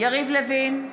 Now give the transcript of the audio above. יריב לוין,